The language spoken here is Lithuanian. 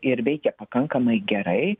ir veikia akankamai gerai